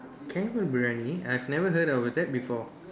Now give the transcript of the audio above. camel Briyani I've never heard of that before